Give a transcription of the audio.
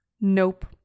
Nope